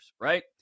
right